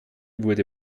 wurde